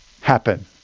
happen